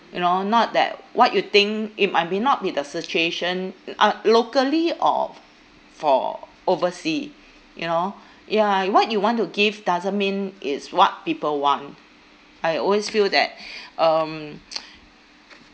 you know not that what you think it might be not be the situation mm uh locally or for oversea you know ya what you want to give doesn't mean is what people want I always feel that um